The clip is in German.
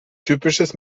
typisches